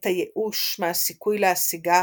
את הייאוש מהסיכוי להשיגה